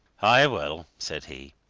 aye, well! said he.